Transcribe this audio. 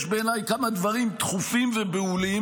יש בעיניי כמה דברים דחופים ובהולים,